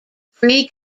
free